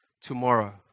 tomorrow